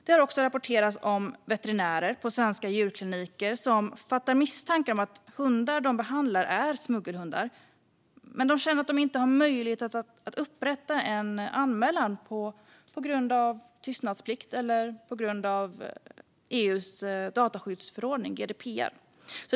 Det har också rapporterats om att veterinärer på svenska djurkliniker som fattar misstankar om att hundar de behandlar är smuggelhundar känner att de inte har möjlighet att upprätta en anmälan på grund av tystnadsplikt eller på grund av EU:s dataskyddsförordning, GDPR.